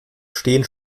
stehen